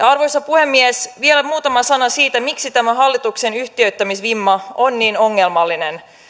arvoisa puhemies vielä muutama sana siitä miksi tämä hallituksen yhtiöittämisvimma on niin ongelmallinen